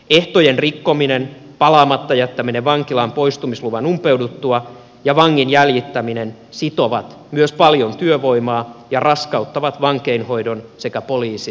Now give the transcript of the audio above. ehtojen rikkominen palaamatta jättäminen vankilan poistumisluvan umpeuduttua ja vangin jäljittäminen sitovat myös paljon työvoimaa ja raskauttavat vankeinhoidon sekä poliisin koneistoa